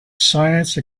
science